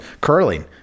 Curling